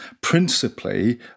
principally